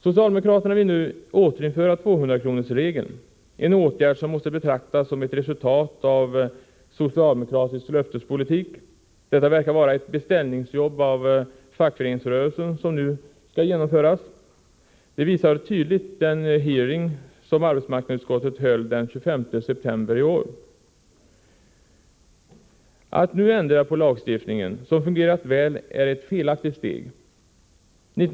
Socialdemokraterna vill nu återinföra 200-kronorsregeln, en åtgärd som måste betraktas som ett resultat av socialdemokratisk löftespolitik. Detta verkar vara ett beställningsjobb av fackföreningsrörelsen som nu skall genomföras. Det visar tydligt den hearing som arbetsmarknadsutskottet höll den 25 september i år. Att nu ändra på lagstiftningen, som fungerat väl, är ett felaktigt steg.